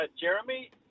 Jeremy